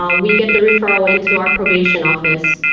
um we get the referral into our probation office,